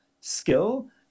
skill